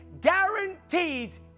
guarantees